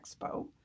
expo